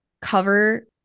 cover